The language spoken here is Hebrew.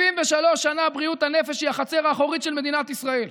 73 שנה בריאות הנפש היא החצר האחורית של מדינת ישראל,